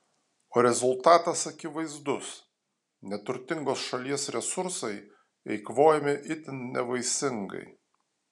o rezultatas akivaizdus neturtingos šalies resursai eikvojami itin nevaisingai